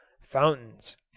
fountains